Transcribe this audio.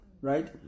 Right